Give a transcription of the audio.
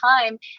time